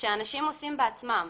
שאנשים עושים בעצמם.